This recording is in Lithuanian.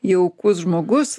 jaukus žmogus